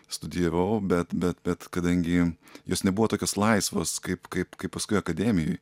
studijavau bet bet bet kadangi jos nebuvo tokios laisvos kaip kaip kaip paskui akademijoj